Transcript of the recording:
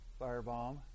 firebomb